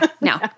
No